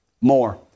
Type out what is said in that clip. More